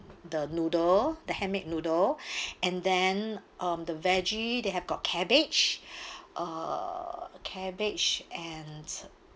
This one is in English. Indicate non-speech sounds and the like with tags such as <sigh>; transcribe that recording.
the noodle the handmade noodle <breath> and then um the veggie they have got cabbage <breath> uh cabbage and it's